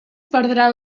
perdran